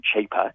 cheaper